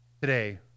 today